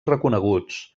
reconeguts